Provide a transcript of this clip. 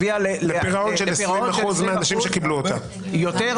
הביאה לפירעון של 20% יותר מהרגיל,